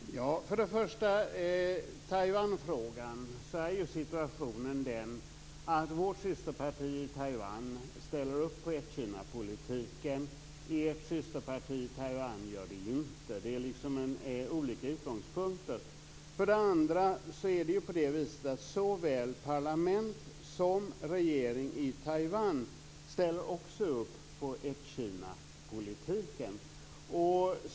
Herr talman! Vad för det första gäller Taiwanfrågan är situationen den att vårt systerparti i Taiwan ställer sig bakom ett-Kina-politiken, medan ert systerparti i Taiwan inte gör det. Vi har alltså olika utgångspunkter. För det andra ställer sig såväl parlament som regering i Taiwan bakom ett-Kina-politiken.